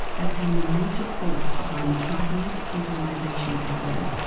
but came a major force behind mahathir's islamisation program.